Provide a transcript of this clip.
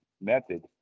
method